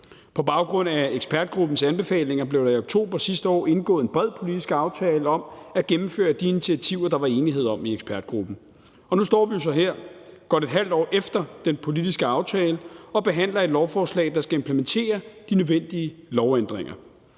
På baggrund af ekspertgruppens anbefalinger blev der i oktober sidste år indgået en bred politisk aftale om at gennemføre de initiativer, der var enighed om i ekspertgruppen. Og nu står vi så her godt et halvt år efter den politiske aftale og behandler et lovforslag, der skal implementere de nødvendige lovændringer.